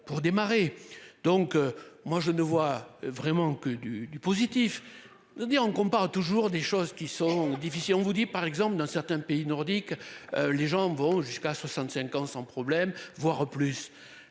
pour démarrer, donc moi je ne vois vraiment que du positif. Dire qu'on parle toujours des choses qui sont difficiles, on vous dit par exemple dans certains pays nordiques. Les gens vont jusqu'à 65 ans sans problème. Voire plus